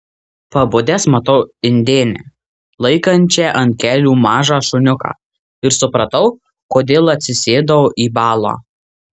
pabudęs matau indėnę laikančią ant kelių mažą šuniuką ir suprantu kodėl atsisėdau į balą